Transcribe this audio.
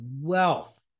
wealth